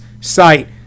site